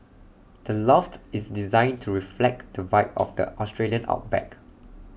the loft is designed to reflect to vibe of the Australian outback